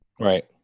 Right